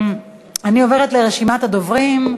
אני עוברת לרשימת הדוברים.